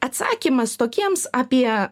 atsakymas tokiems apie